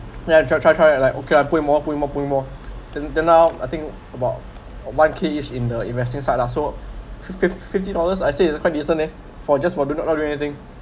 yeah try try try it like okay I put in more put in more put in more then then now I think about one K is in the investing side lah so fifth fifty dollars I said it's a quite decent eh for just for do not do anything